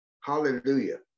Hallelujah